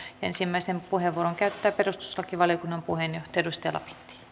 ensimmäisen puheenvuoron käyttää perustuslakivaliokunnan puheenjohtaja edustaja